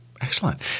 Excellent